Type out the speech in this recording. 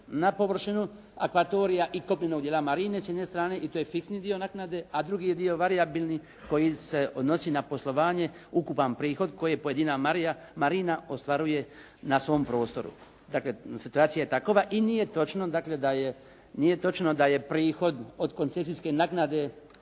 na površinu akvatorija i kopnenog dijela marine s jedne strane i to je fiksni dio naknade. A drugi je dio varijabilni koji se odnosi na poslovanje, ukupan prihod koji pojedina marina ostvaruje na svom prostoru. Dakle, situacija je takova i nije točno da je prihod od koncesijske naknade